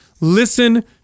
Listen